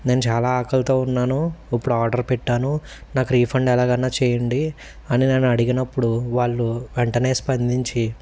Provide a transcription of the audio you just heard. నేను చాలా ఆకలితో ఉన్నాను ఇప్పుడు ఆర్డర్ పెట్టాను నాకు రీఫండ్ ఎలాగైనా చెయ్యండి అని నేను అడిగినప్పుడు వాళ్ళు వెంటనే స్పందించి